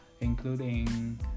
including